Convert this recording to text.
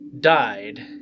died